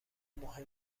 مهم